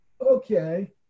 Okay